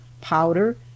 powder